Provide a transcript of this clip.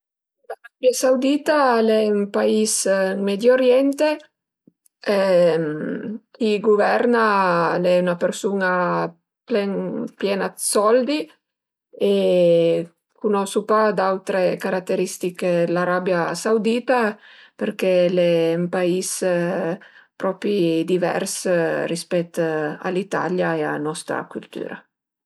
L'Arabia Saudita al e ün pais dël Medio Oriente, chi guverna al e 'na persun-a plen piena d'soldi e cunuso d'autre carateristiche dë l'Arabia Saudita perché al e ün pais propi divers rispèt a l'Italia e a nosta cültüra